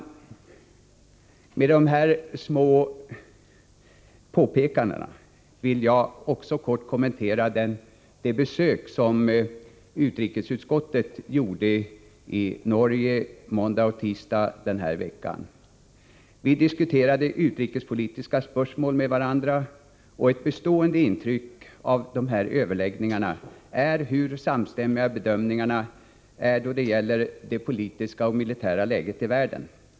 Efter dessa små påpekanden vill jag också kort kommentera det besök utrikesutskottet gjorde i Norge måndag och tisdag denna vecka. Vi diskuterade utrikespolitiska spörsmål med varandra. Ett bestånde intryck av dessa överläggningar är hur samstämmiga bedömningar vi har då det gäller det politiska och militära läget i världen.